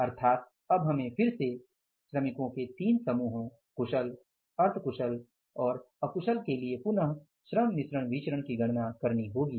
तो इसका मतलब है कि अब हमें फिर से श्रमिकों के 3 समूहों कुशल अर्ध कुशल और अकुशल के लिए पुनः श्रम मिश्रण विचरण की गणना करनी होगी